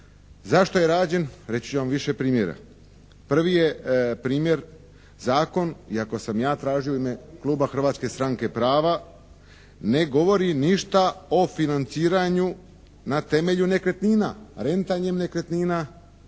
Zašto je rađen? Reći ću vam više primjera. Prvi je primjer zakon iako sam ja tražio u ime kluba Hrvatske stranke prava ne govori ništa o financiranju na temelju nekretnina, rentanjem nekretnina,